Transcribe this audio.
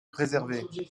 préservé